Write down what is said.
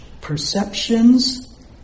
perceptions